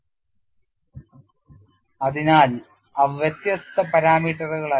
COD from Dugdale's Model അതിനാൽ അവ വ്യത്യസ്ത പാരാമീറ്ററുകളല്ല